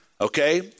Okay